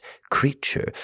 creature